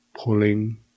Pulling